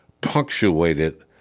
punctuated